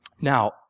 Now